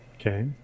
Okay